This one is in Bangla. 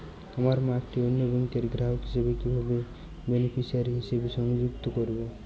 আমার মা একটি অন্য ব্যাংকের গ্রাহক হিসেবে কীভাবে বেনিফিসিয়ারি হিসেবে সংযুক্ত করব?